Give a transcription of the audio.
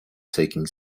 taking